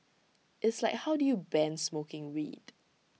it's like how do you ban smoking weed